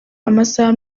amasaha